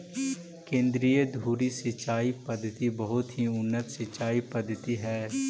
केन्द्रीय धुरी सिंचाई पद्धति बहुत ही उन्नत सिंचाई पद्धति हइ